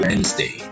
Wednesday